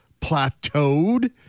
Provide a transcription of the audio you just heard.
plateaued